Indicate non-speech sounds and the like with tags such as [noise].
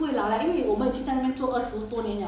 [laughs]